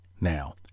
now